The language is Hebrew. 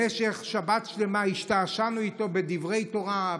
במשך שבת שלמה השתעשענו איתו בדברי תורה,